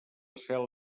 cel